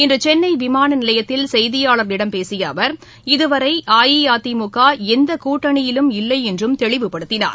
இன்று சென்னை விமான நிலையத்தில் செய்தியாளர்களிடம் பேசிய அவர் இதுவரை அஇஅதிமுக எந்த கூட்டணியிலும் இல்லை என்றும் தெளிவுப்படுத்தினார்